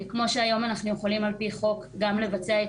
כמו שהיום אנחנו יכולים על פי חוק גם לבצע את